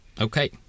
Okay